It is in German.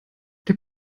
der